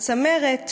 על צמרת,